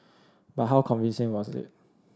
but how convincing was it